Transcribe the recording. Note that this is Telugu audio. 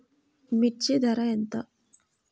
మిర్చి ధర ఎంత?